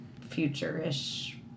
future-ish